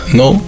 no